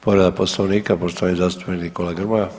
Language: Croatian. Povreda Poslovnika poštovani zastupnik Nikola Grmoja.